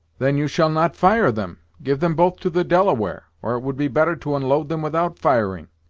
then you shall not fire them! give them both to the delaware or it would be better to unload them without firing.